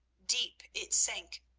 deep it sank,